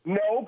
no